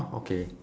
oh okay